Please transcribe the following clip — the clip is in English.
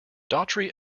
daughtry